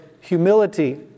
humility